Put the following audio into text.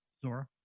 zora